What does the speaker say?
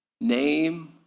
name